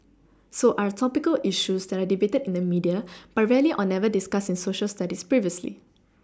so are topical issues that are debated in the media but rarely or never discussed in Social Studies previously